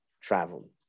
traveled